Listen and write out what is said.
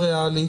הריאלית,